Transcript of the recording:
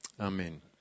Amen